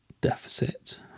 deficit